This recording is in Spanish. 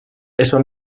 eso